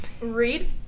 Read